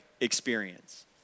experience